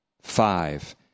five